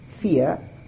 fear